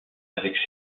avec